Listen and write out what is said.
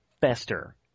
Fester